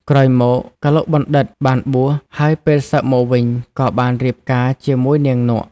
ក្រោយមក កឡុកបណ្ឌិត្យ បានបួស ហើយពេលសឹកមកវិញ ក៏បានរៀបការជាមួយនាងនក់ ។